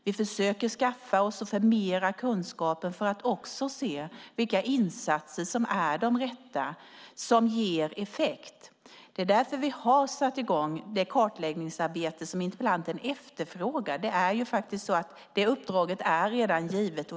Vi försöker skaffa oss och förmera kunskaper för att se vilka insatser som är de rätta och som ger effekt. Det är därför vi har satt i gång det kartläggningsarbete som interpellanten efterfrågar. Det uppdraget är redan givet.